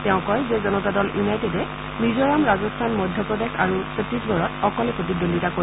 তেওঁ কয় যে জনতা দল ইউনাইটেডে মিজোৰাম ৰাজস্থান মধ্যপ্ৰদেশ আৰু চত্তিশগড়ত অকলে প্ৰতিদ্বণ্ডিতা কৰিব